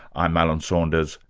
i'm alan saunders.